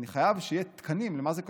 אני חייב שיהיו תקנים למה זה כשרות.